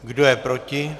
Kdo je proti?